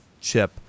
chip